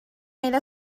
era